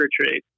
trade